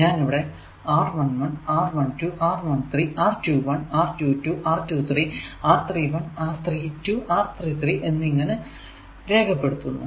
ഞാൻ ഇവിടെ r 1 1 r 1 2 r 1 3 r 2 1 r 2 2 r 2 3 r 3 1 r 3 2 r 3 3 എന്നിങ്ങനെ ഇവയെ രേഖപ്പെടുത്തുന്നു